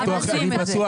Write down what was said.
עושים את זה.